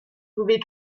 pouvait